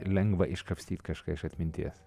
lengva iškapstyt kažką iš atminties